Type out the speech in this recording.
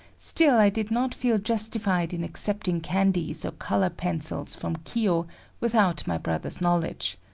still i did not feel justified in accepting candies or color-pencils from kiyo without my brother's knowledge.